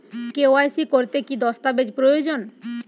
KYC করতে কি দস্তাবেজ প্রয়োজন?